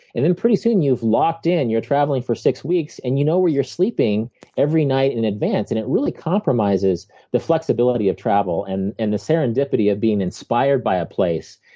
and then pretty soon, you've locked in your traveling for six weeks, and you know where you're sleeping every night in advance. and it really compromises the flexibility of travel, and and the serendipity of being inspired by a place,